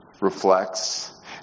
reflects